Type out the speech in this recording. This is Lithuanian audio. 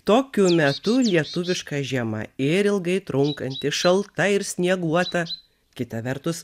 tokiu metu lietuviška žiema ir ilgai trunkanti šalta ir snieguota kita vertus